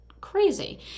Crazy